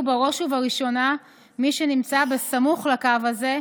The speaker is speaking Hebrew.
בראש ובראשונה מי שנמצאים סמוך לקו הזה,